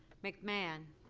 mcmahon.